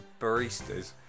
baristas